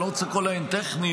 אני לא רוצה לקרוא להן טכניות,